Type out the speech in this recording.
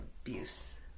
abuse